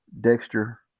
Dexter